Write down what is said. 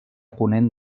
ponent